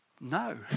No